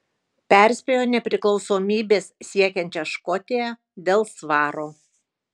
perspėjo nepriklausomybės siekiančią škotiją dėl svaro